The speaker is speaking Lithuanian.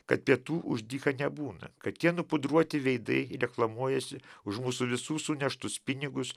kad pietų už dyką nebūna kad tie nupudruoti veidai reklamuojasi už mūsų visų suneštus pinigus